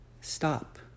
stop